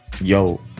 Yo